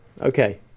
Okay